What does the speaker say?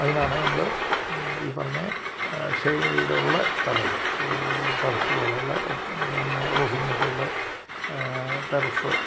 അതിനാണ് നമ്മൾ ഈ പറഞ്ഞത് ഷേയ്ഡുള്ള സ്ഥലത്ത് ടെറസ്സ് പോലെയുള്ള പിന്നെ റൂഫിങ്ങൊക്കെയുള്ള ടെറസ്സ്